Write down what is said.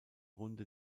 runde